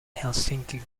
helsinki